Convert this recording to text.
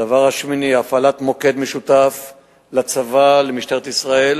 הדבר השמיני, הפעלת מוקד משותף לצבא ולמשטרת ישראל